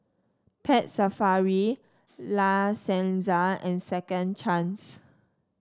Pet Safari La Senza and Second Chance